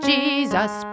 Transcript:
Jesus